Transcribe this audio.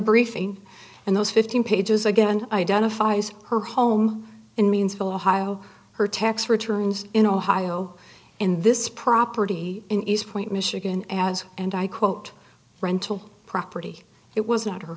briefing and those fifteen pages again identifies her home and means fellow heigho her tax returns in ohio and this property in east point michigan as and i quote rental property it was not her